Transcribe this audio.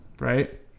Right